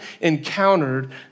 encountered